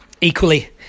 equally